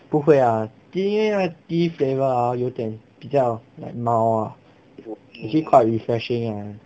不会啊第因为啊第一 flavour ah 有点比较 like mild ah actually quite refreshing ah